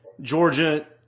Georgia